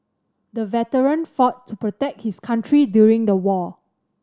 the veteran fought to protect his country during the war